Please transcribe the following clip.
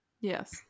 Yes